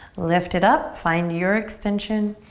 lift it up. find your extension.